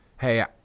Hey